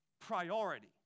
priority